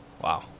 Wow